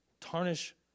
tarnish